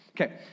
Okay